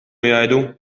jgħidu